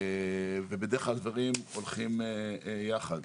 בדרך כלל הדברים הולכים יחד.